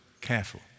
careful